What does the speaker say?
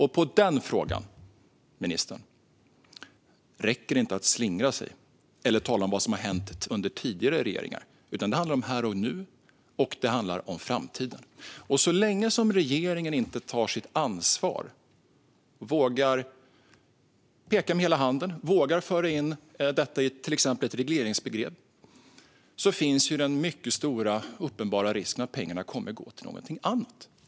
I den frågan, ministern, räcker det inte att slingra sig eller att tala om vad som har hänt under tidigare regeringar. Den handlar om här och nu, och den handlar om framtiden. Så länge som regeringen inte tar sitt ansvar, vågar peka med hela handen och vågar föra in detta i till exempel ett regleringsbrev finns den mycket stora och uppenbara risken att pengarna kommer att gå till någonting annat.